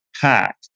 pack